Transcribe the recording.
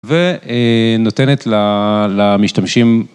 ונותנת למשתמשים.